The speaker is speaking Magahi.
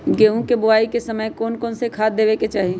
गेंहू के बोआई के समय कौन कौन से खाद देवे के चाही?